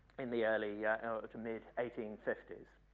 in the early to mid eighteen fifty s.